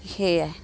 সেয়াই